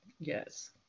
Yes